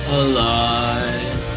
alive